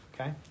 okay